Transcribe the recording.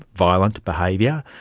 violent behaviour.